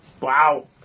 Wow